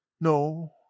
No